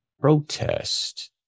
protest